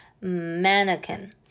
mannequin